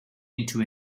into